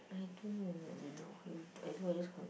I do I do I just con~